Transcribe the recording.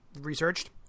researched